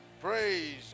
Praise